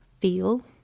feel